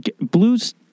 Blues